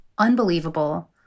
Unbelievable